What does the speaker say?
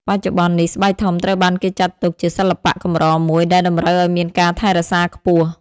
បច្ចុប្បន្ននេះ ស្បែកធំត្រូវបានគេចាត់ទុកជាសិល្បៈកម្រមួយ ដែលតម្រូវឱ្យមានការថែរក្សាខ្ពស់។